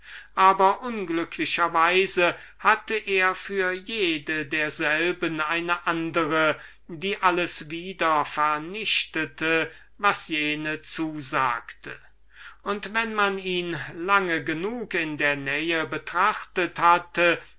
aber unglücklicher weise hatte er für jede derselben eine andere welche alles wieder vernichtete was jene zusagte und wenn man ihn lange genug in der nähe betrachtet hatte